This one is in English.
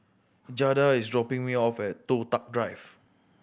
Jada is dropping me off at Toh Tuck Drive